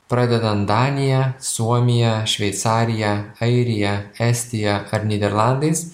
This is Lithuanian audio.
pradedant danija suomija šveicarija airija estija ar nyderlandais